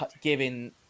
giving